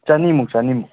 ꯆꯅꯤꯃꯨꯛ ꯆꯅꯤꯃꯨꯛ